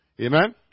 Amen